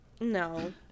No